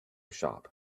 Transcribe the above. shop